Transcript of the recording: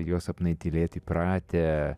jo sapnai tylėt pratę